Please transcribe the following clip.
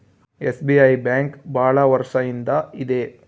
SBI bank ಭಾಳ ವರ್ಷ ಇಂದ ಇದೆ